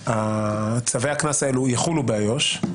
צווי הקנס האלה יחולו באיו"ש,